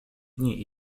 dni